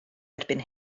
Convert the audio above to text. erbyn